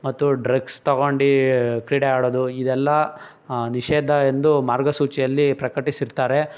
ಮತ್ತು ಡ್ರಗ್ಸ್ ತಗೊಂಡು ಕ್ರೀಡೆ ಆಡೋದು ಇದೆಲ್ಲ ನಿಷೇಧ ಎಂದು ಮಾರ್ಗಸೂಚಿಯಲ್ಲಿ ಪ್ರಕಟಿಸಿರ್ತಾರೆ